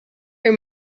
her